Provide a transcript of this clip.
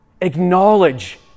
Acknowledge